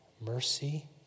mercy